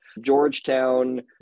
Georgetown